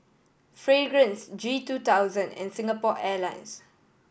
Fragrance G two thousand and Singapore Airlines